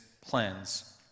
plans